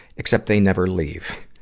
except they never leave.